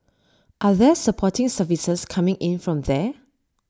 are there supporting services coming in from there